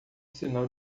sinal